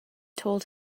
told